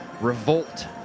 Revolt